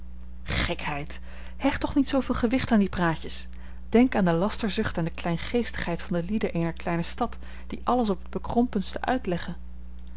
gekheid hecht toch niet zooveel gewicht aan die praatjes denk aan de lasterzucht en de kleingeestigheid van de lieden eener kleine stad die alles op het bekrompenste uitleggen